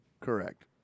Correct